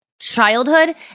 childhood